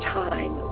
time